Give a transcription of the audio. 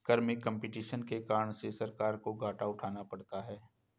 कर में कम्पटीशन के कारण से सरकार को घाटा उठाना पड़ता है